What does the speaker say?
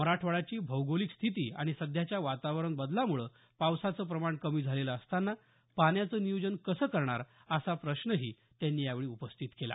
मराठवाड्याची भौगोलिक स्थिती आणि सध्याच्या वातावरण बदलामुळे पावसाचं प्रमाण कमी झालेलं असताना पाण्याचं नियोजन कसं करणार असा प्रश्नही त्यांनी यावेळी उपस्थित केला